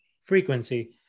frequency